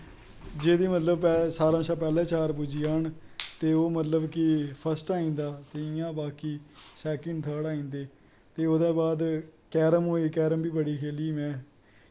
जेह्दे मतलव सबनै शा पैह्लैं तार पुज्जी जान ते ओह् मतलव कि फर्स्ट टाईम दा इयां बाकी सैकन छड़ आई जंदे ते ओह्दै बाद कैरम होई कैरम बी बड़ी खेली दी में